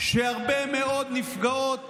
שהרבה מאוד נפגעות